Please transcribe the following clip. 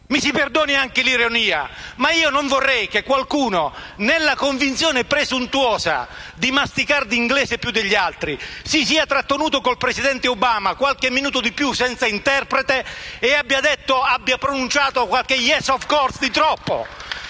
Mi si perdoni l'ironia, ma non vorrei che qualcuno, nella convinzione presuntuosa di masticare l'inglese più degli altri, si sia trattenuto con il presidente Obama qualche minuto di più senza interprete e abbia pronunciato qualche «*Yes, of course*» di troppo